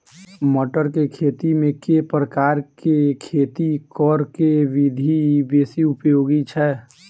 मटर केँ खेती मे केँ प्रकार केँ खेती करऽ केँ विधि बेसी उपयोगी छै?